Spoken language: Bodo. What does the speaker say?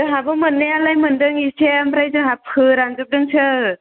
जोंहाबो मोन्नायआलाय मोनदों एसे ओमफ्राय जोंहा फोरानजोबदोंसो